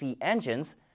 engines